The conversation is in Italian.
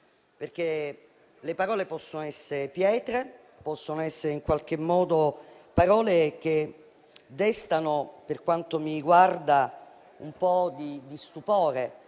le parole possono essere pietre e possono destare, per quanto mi riguarda, un po' di stupore.